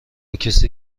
کسی